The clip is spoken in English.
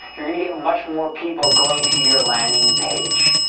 you're gonna get much more people going to your landing page.